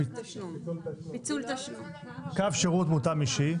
קו שירות מותאם אישי,